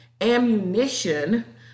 ammunition